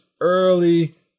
early